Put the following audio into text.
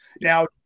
Now